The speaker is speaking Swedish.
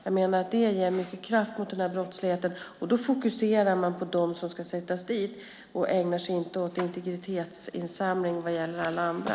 Jag menar att det ger mycket kraft åt den här brottsbekämpningen, och då fokuserar man på dem som ska sättas dit och ägnar sig inte åt integritetsinsamling vad gäller alla andra.